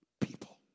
people